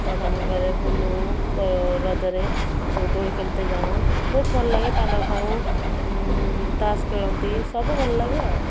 ତା ସାଙ୍ଗରେ ବୁଲୁ ରଜରେ ସବୁ ଦୋଳି ଖେଲତେ ଯାଉ ବହୁତ ଭଲ ଲାଗେ ପାନ ଖାଉ ତାସ୍ ଖେଳନ୍ତି ସବୁ ଭଲ ଲାଗେ ଆଉ